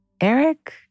Eric